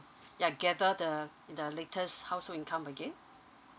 yeah gather the the latest household income again